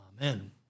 Amen